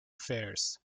affairs